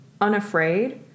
unafraid